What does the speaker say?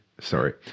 sorry